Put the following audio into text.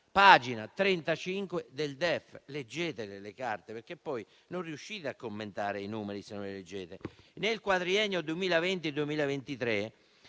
Pagina 35 del DEF; leggetele le carte, perché poi non riuscite a commentare i numeri, se non le leggete. Nel quadriennio 2020-2023